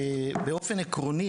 באופן עקרוני,